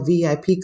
VIP